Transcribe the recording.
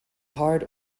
hard